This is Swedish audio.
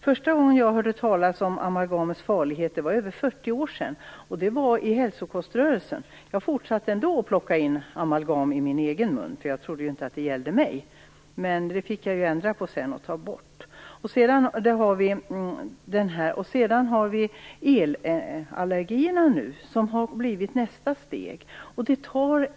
Första gången jag hörde talas om amalgamets farlighet var för över 40 år sedan i hälsokoströrelsen. Jag fortsatte ändå att plocka in amalgam i min egen mun, eftersom jag inte trodde att det gällde mig. Men det fick jag ändra sedan och ta bort. Nu har vi också elallergierna, som har blivit nästa steg.